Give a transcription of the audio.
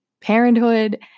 parenthood